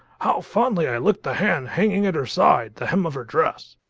how fondly i lick the hand hanging at her side, the hem of her dress!